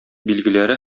билгеләре